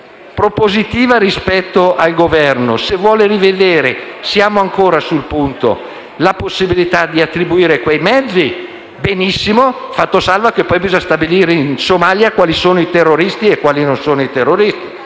intervento rispetto al Governo è che se vuole rivedere - siamo ancora sul punto - la possibilità di attribuire quei mezzi, va benissimo, fatto salvo che poi bisogna stabilire in Somalia quali sono i terroristi e quali non lo sono.